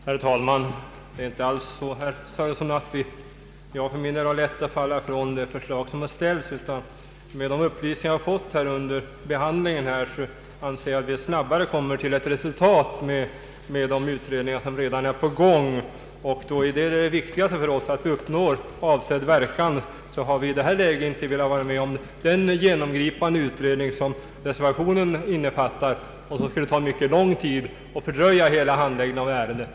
Herr talman! Det är inte alls så, herr Sörenson, att jag för min del har lätt att falla ifrån de förslag som ställts. Men med de upplysningar vi har fått under behandlingen anser jag att vi snabbare kommer till ett resultat med de redan pågående utredningarna. Eftersom det för oss är viktigast att uppnå avsedd verkan har vi i detta läge inte velat vara med om den genomgripande utredning som reservationen innefattar och vilken skulle ta mycket lång tid samt fördröja hela handläggningen av ärendet.